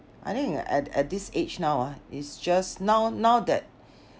I think at at this age now ah it's just now now that